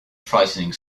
frightening